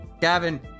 Gavin